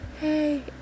Hey